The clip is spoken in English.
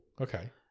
Okay